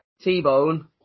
T-Bone